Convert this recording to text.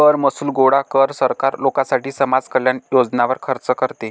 कर महसूल गोळा कर, सरकार लोकांसाठी समाज कल्याण योजनांवर खर्च करते